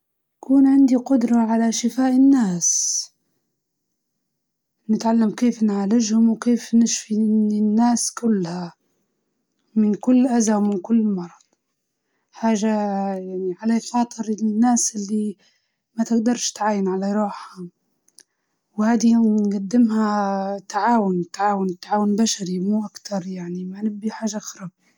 قدرة قدرة على شفاء الناس، إنها حاجة أنت تعاون بها البشرية، ولأن أغلب الناس حاليًا تعاني من أمراض مختلفة، فلو كان عندك أنت القدرة هذي فحتكون شخص ناجح، ومعروف، وتخدم خدمة مفيدة للعالم.